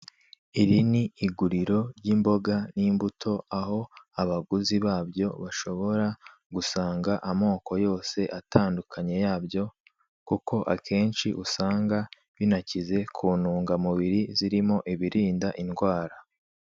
Iri ni iguriro ry'imboga n'imbuto, aho abaguzi babyo bashobora gusanga amoko yose atandukanye yabyo; kuko akenshi usanga binakize ku ntungamubiri zirimo ibirinda indwara.